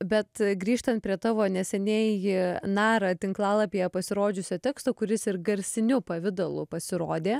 bet grįžtant prie tavo neseniai nara tinklalapyje pasirodžiusio teksto kuris ir garsiniu pavidalu pasirodė